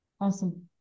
Awesome